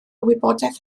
wybodaeth